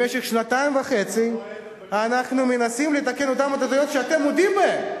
במשך שנתיים וחצי אנחנו מנסים לתקן את אותן הטעויות שאתם מודים בהן.